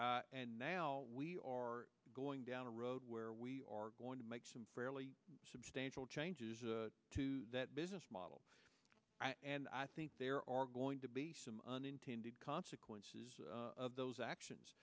and now we are going down a road where we are going to make some fairly substantial changes to that business model and i think there are going to be some unintended consequences of those actions